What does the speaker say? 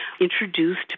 introduced